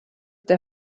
der